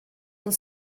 und